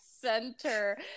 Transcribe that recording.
center